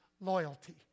loyalty